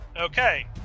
Okay